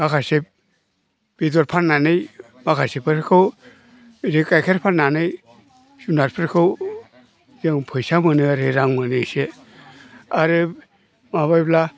माखासे बेदर फाननानै माखासेफोरखौ बिदि गाइखेर फाननानै जुनारफोरखौ जों फैसा मोनो आरो रां मोनो एसे आरो माबायोब्ला